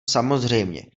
samozřejmě